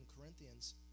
Corinthians